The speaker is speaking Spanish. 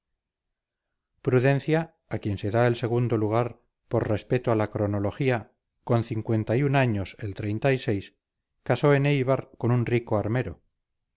prudencia a quien se da el segundo lugar por respeto a la cronología con cincuenta y un años el casó en eibar con un rico armero